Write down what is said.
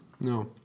No